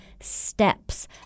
steps